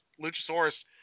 Luchasaurus